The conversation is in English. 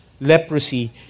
leprosy